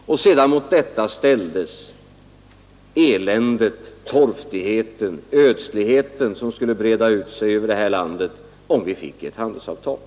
Mot allt detta ställdes sedan eländet, torftigheten och ödsligheten, som skulle breda ut sig över detta land, om vi fick ett handelsavtal.